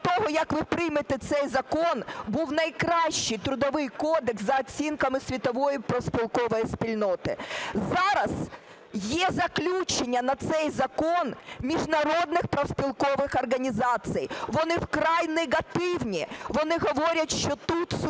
Зараз є заключення на цей закон міжнародних профспілкових організацій. Вони вкрай негативні, вони говорять, що тут суттєво